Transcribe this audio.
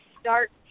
start